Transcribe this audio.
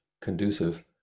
conducive